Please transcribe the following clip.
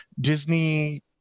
Disney